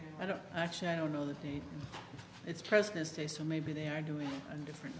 oh i don't actually i don't know the thing it's president's day so maybe they are doing different